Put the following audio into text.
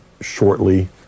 shortly